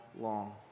long